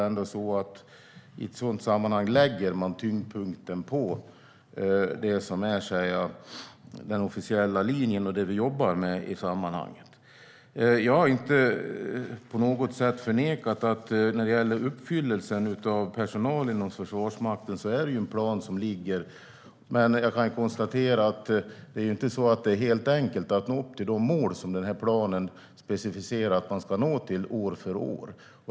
I ett sådant sammanhang lägger man tyngdpunkten på det som är den officiella linjen och det vi jobbar med. Jag har inte på något sätt förnekat att det när det gäller uppfyllelsen av personal inom Försvarsmakten finns en plan som gäller. Men det är inte helt enkelt att nå de mål som planen specificerar att man ska uppnå år för år.